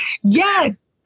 Yes